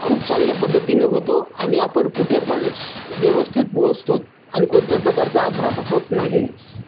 खूप चांगल्या पद्धतीनं होतो आणि आपण कुठेपण स व्यवस्थित पोहोचतात आणि कोणत्याही प्रकारचा अपघात होत नाही